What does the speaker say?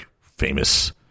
famous